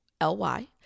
L-Y